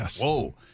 whoa